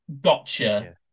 gotcha